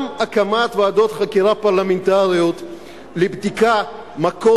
גם הקמת ועדות חקירה פרלמנטריות לבדיקת המקור